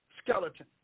Skeleton